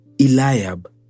Eliab